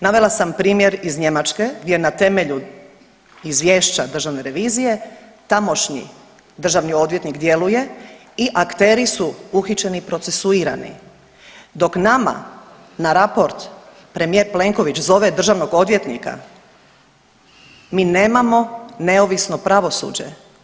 Navela sam primjer iz Njemačke gdje na temelju izvješća Državne revizije tamošnji državni odvjetnik djeluje i akteri su uhićeni i procesuirani, dok nama na raport premijer Plenković zove državnog odvjetnika mi nemamo neovisno pravosuđe.